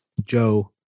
Joe